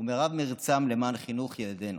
ומרבית מרצם למען חינוך ילדינו.